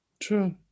True